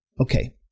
Okay